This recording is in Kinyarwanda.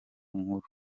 nkuru